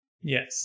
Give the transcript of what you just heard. yes